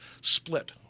split